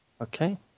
Okay